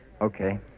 Okay